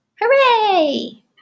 Hooray